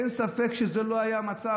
אין ספק שזה לא היה המצב,